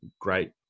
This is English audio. great